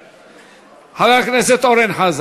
חבר הכנסת אורן חזן.